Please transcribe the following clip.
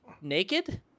naked